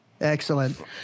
Excellent